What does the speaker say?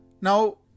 Now